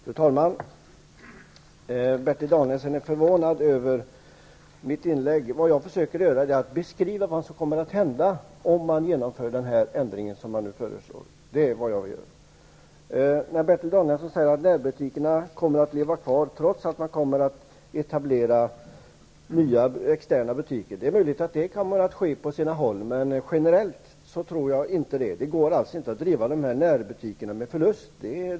Fru talman! Bertil Danielsson är förvånad över mitt inlägg. Vad jag försökte mig på var att beskriva vad som kommer att hända om den föreslagna ändringen genomförs. Bertil Danielsson säger att närbutikerna kommer att leva kvar, trots att nya externa butiker etableras. Det är möjligt att det blir så på sina håll. Men generellt tror jag inte att det går att fortsätta att driva närbutiker med förlust.